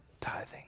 tithing